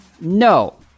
No